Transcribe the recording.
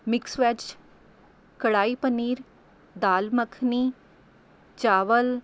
mix veg kadai paneer dal makhani ਚਾਵਲ